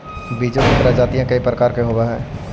बीजों की प्रजातियां कई प्रकार के होवअ हई